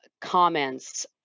comments